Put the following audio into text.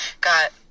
Got